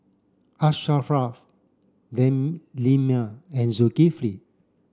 Asharaff Delima and Zulkifli